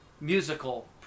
musical